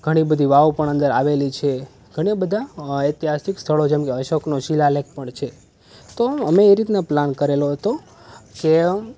ઘણી બધી વાવ પણ અંદર આવેલી છે ઘણા બધા ઐતિહાસિક સ્થળો જેમકે અશોક શીલાલેખ પણ છે તો અમે એ રીતના પ્લાન કરેલો હતો કે